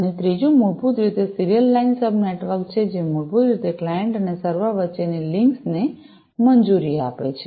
અને ત્રીજું મૂળભૂત રીતે સીરીયલ લાઇન સબ નેટવર્ક છે જે મૂળભૂત રીતે ક્લાયંટ અને સર્વર વચ્ચેની લિંક્સને મંજૂરી આપે છે